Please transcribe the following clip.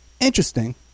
Interesting